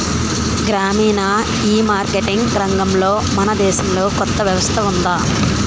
గ్రామీణ ఈమార్కెటింగ్ రంగంలో మన దేశంలో కొత్త వ్యవస్థ ఉందా?